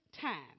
time